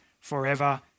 forever